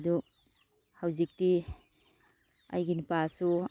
ꯑꯗꯨ ꯍꯧꯖꯤꯛꯇꯤ ꯑꯩꯒꯤ ꯅꯨꯄꯥꯁꯨ